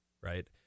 Right